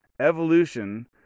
evolution